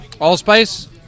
allspice